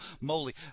moly